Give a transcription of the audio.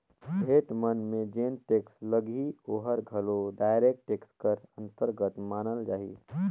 भेंट मन में जेन टेक्स लगही ओहर घलो डायरेक्ट टेक्स कर अंतरगत मानल जाही